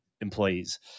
Employees